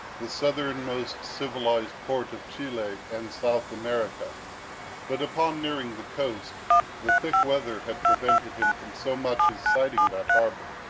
the southernmost civilized port of chili and south america but upon nearing the coast the thick weather had prevented him from so much as sighting that harbor.